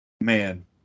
man